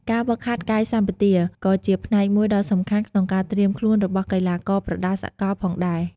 ការហ្វឹកហាត់កាយសម្បទា ក៏ជាផ្នែកមួយដ៏សំខាន់ក្នុងការត្រៀមខ្លួនរបស់កីឡាករប្រដាល់សកលផងដែរ។